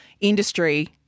industry